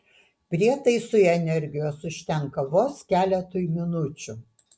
prietaisui energijos užtenka vos keletui minučių